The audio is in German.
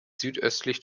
südöstlich